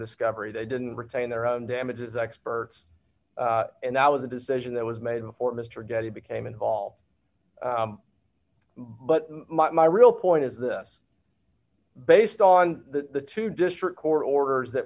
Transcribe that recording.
discovery they didn't retain their own damages experts and that was a decision that was made before mr getty became involved but my real point is this based on the two district court orders that